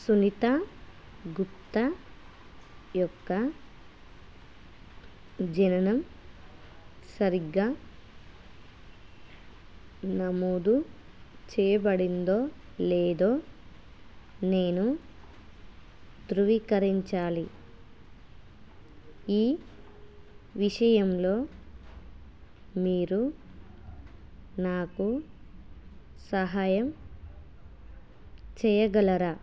సునీతా గుప్తా యొక్క జననం సరిగ్గా నమోదు చేయబడిందో లేదో నేను ధృవీకరించాలి ఈ విషయంలో మీరు నాకు సహాయం చేయగలరా